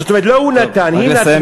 זאת אומרת, לא הוא נתן, היא נתנה.